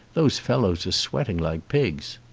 those fellows are sweating like pigs.